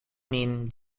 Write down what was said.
min